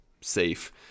safe